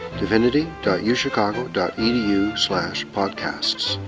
divinity uchicago edu podcasts.